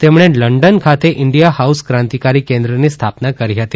તેમણે લંડન ખાતે India House ક્રાંતિકારી કેન્દ્રની સ્થાપના કરી હતી